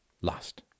lost